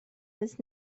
was